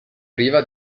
priva